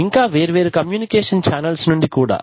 ఇంకా వేర్వేరు communication channels నుండి కూడా